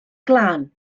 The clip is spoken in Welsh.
glân